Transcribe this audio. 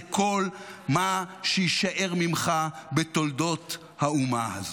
זה כל מה שיישאר ממך בתולדות האומה הזו.